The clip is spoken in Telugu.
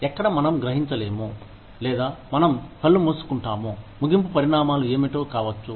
ఎక్కడ మనం గ్రహించలేము లేదా మనం కళ్ళు మూసుకుంటాము ముగింపు పరిణామాలు ఏమిటో కావచ్చు